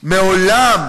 מעולם,